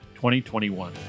2021